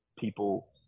people